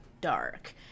dark